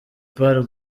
part